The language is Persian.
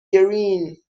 گرین